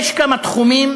יש כמה תחומים